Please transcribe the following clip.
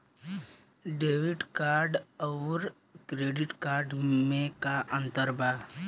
Debit card आउर credit card मे का अंतर बा?